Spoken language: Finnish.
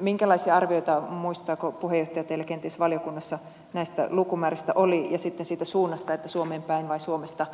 minkälaisia arvioita muistaako puheenjohtaja teillä kenties valiokunnassa näistä lukumääristä oli ja sitten siitä suunnasta suomeen päin vai suomesta poispäin